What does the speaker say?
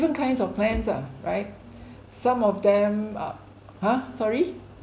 kinds of plans lah right some of them um !huh! sorry